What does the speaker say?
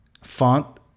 font